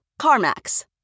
CarMax